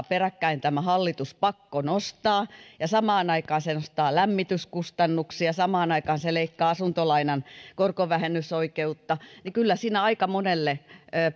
peräkkäin tämä hallitus pakkonostaa ja samaan aikaan se nostaa lämmityskustannuksia samaan aikaan se leikkaa asuntolainan korkovähennysoikeutta niin kyllä siinä aika monelle